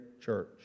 church